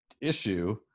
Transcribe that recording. issue